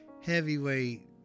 heavyweight